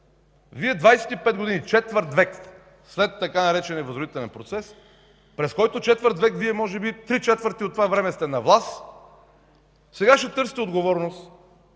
Вие 25 години, четвърт век след така наречения „Възродителен процес”, през който четвърт век Вие може би три четвърти от това време сте на власт, сега ще търсите отговорност